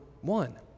one